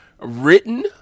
written